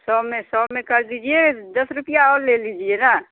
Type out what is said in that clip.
सौ में सौ में कर दीजिए दस रुपया और ले लीजिए ना